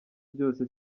byose